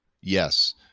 Yes